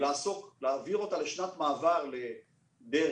ולהעביר אותנו לשנת מעבר לדרך,